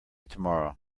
tomorrow